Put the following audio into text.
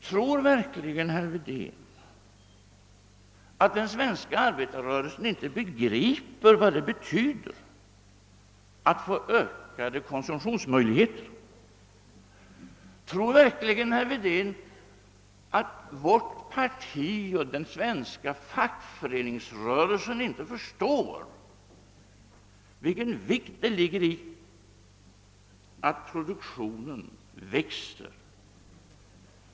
Tror verkligen herr Wedén att den svenska arbetarrörelsen inte begriper vad det betyder att få ökade konsumtionsmöjligheter? Tror verkligen herr Wedén att vårt parti och den svenska fackföreningsrörelsen inte förstår hur viktigt det är att produktionen stiger?